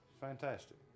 Fantastic